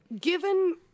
given